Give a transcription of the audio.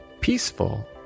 peaceful